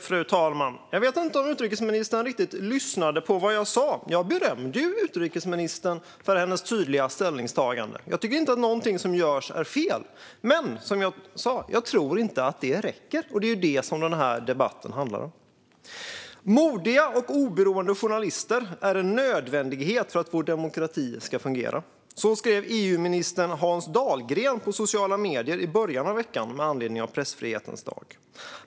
Fru talman! Jag vet inte om utrikesministern riktigt lyssnade på vad jag sa. Jag berömde ju utrikesministern för hennes tydliga ställningstagande. Jag tycker inte att något som görs är fel, men som jag sa tror jag inte att det räcker. Det är detta som den här debatten handlar om. "Modiga och oberoende journalister är en nödvändighet för att vår demokrati ska fungera." Så skrev EU-ministern Hans Dahlgren på sociala medier i början av veckan med anledning av Pressfrihetens dag.